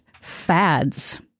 fads